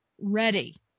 ready